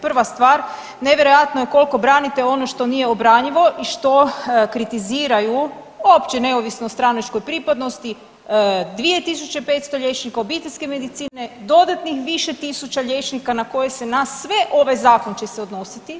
Prva stvar nevjerojatno je koliko branite ono što nije obranjivo i što kritiziraju uopće neovisno o stranačkoj pripadnosti 2500 liječnika obiteljske medicine, dodatnih više tisuća liječnika ne koje se nas sve ovaj zakon će se odnositi.